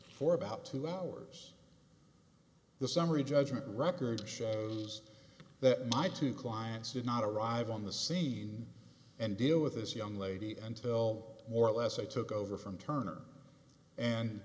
for about two hours the summary judgment record shows that my two clients did not arrive on the scene and deal with this young lady until more or less i took over from turner and